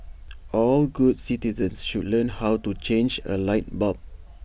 all good citizens should learn how to change A light bulb